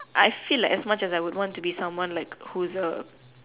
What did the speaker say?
I feel like as much as I would want to be someone like who is a